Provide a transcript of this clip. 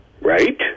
Right